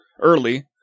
Early